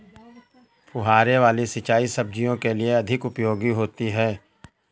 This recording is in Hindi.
फुहारे वाली सिंचाई सब्जियों के लिए अधिक उपयोगी होती है?